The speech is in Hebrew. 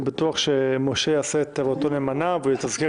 אני בטוח שמשה יעשה את עבודתו נאמנה ויתזכר